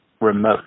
remote